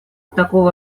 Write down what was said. такого